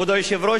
כבוד היושב-ראש,